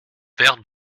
verre